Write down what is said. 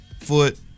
foot